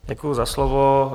Děkuji za slovo.